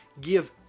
give